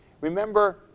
Remember